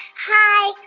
hi.